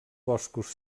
boscos